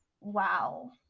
Wow